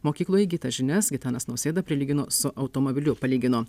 mokykloje įgytas žinias gitanas nausėda prilygino su automobiliu palygino